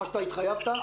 מה שהתחייבת,